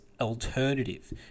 alternative